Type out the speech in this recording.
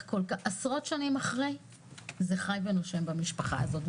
עשרות שנים אחרי זה חי ונושם במשפחה הזאת.